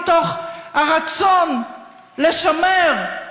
מתוך הרצון לשמר,